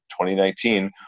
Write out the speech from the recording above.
2019